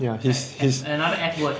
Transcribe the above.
ya he's he's